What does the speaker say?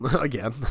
again